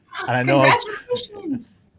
Congratulations